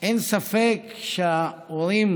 אין ספק שההורים,